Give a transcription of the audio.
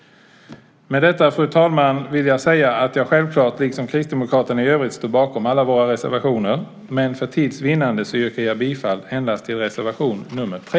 Med detta, fru talman, vill jag säga att jag självklart liksom Kristdemokraterna i övrigt står bakom alla våra reservationer, men för tids vinnande yrkar jag bifall endast till reservation nr 3.